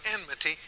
enmity